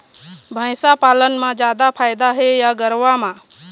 भैंस पालन म जादा फायदा हे या गरवा म?